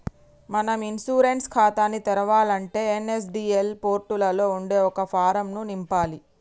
మనం ఇన్సూరెన్స్ ఖాతాని తెరవాలంటే ఎన్.ఎస్.డి.ఎల్ పోర్టులలో ఉండే ఒక ఫారం ను నింపాలి